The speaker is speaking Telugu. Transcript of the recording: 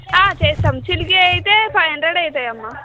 చేస్తాం చీకి అయితే ఫైవ్ హండ్రెడ్ అవుతాయి అమ్మ